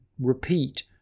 repeat